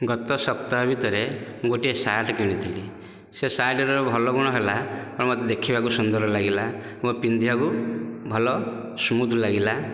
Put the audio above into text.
ଗତ ସପ୍ତାହ ଭିତରେ ଗୋଟିଏ ସାର୍ଟ କିଣିଥିଲି ସେ ସାର୍ଟର ଭଲ ଗୁଣ ହେଲା ମୋତେ ଦେଖିବାକୁ ସୁନ୍ଦର ଲାଗିଲା ଏବଂ ପିନ୍ଧିବାକୁ ଭଲ ସ୍ମୁଥ ଲାଗିଲା